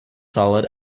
solid